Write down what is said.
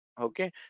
okay